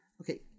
okay